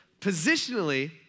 Positionally